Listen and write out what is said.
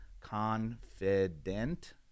confident